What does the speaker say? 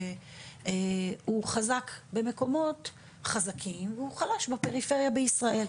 הוא חזק במקומות החזקים והוא חלש בפריפריה בישראל.